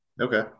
okay